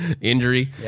injury